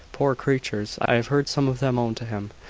poor creatures! i have heard some of them own to him,